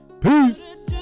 Peace